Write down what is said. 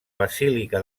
basílica